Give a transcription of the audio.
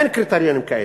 אין קריטריונים כאלה.